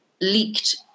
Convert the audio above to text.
leaked